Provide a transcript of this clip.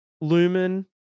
Lumen